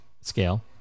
scale